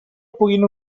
puguen